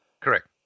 Correct